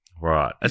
Right